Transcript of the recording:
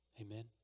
amen